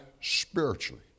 spiritually